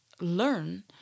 learn